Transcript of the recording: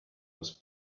los